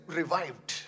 revived